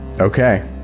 Okay